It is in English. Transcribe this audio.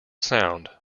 sound